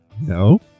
No